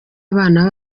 abana